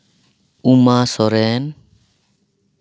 ᱩᱢᱟ Soren